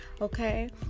okay